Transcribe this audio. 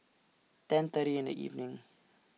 ten thirty in The evening